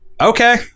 okay